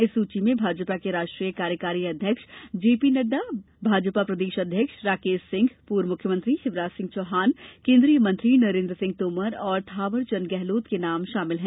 इस सूची में भाजपा के राष्ट्रीय कार्यकारी अध्यक्ष जेपी नड्डा भाजपा प्रदेश अध्यक्ष राकेश सिंह पूर्व मुख्यमंत्री शिवराज सिंह चौहान केन्द्रीय मंत्री नरेन्द्र सिंह तोमर और थावरचंद गहलोत के नाम शामिल हैं